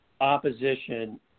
opposition